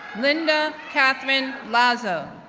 linda katherine lazo,